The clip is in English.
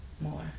more